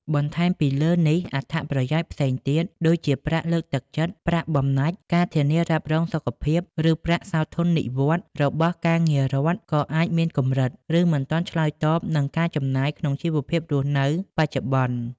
បន្ថែមពីលើនេះ អត្ថប្រយោជន៍ផ្សេងទៀត ដូចជាប្រាក់លើកទឹកចិត្ត ប្រាក់បំណាច់ ការធានារ៉ាប់រងសុខភាព ឬប្រាក់សោធននិវត្តន៍ របស់ការងាររដ្ឋ ក៏អាចមានកម្រិត ឬមិនទាន់ឆ្លើយតបនឹងការចំណាយក្នុងជីវភាពរស់នៅបច្ចុប្បន្ន។